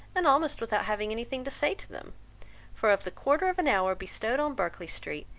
and almost without having anything to say to them for of the quarter of an hour bestowed on berkeley street,